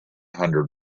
hundred